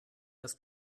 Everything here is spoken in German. das